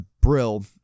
Brill